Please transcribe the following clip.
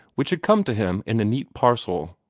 which had come to him in a neat parcel,